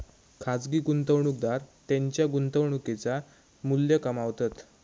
खाजगी गुंतवणूकदार त्येंच्या गुंतवणुकेचा मू्ल्य कमावतत